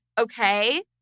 Okay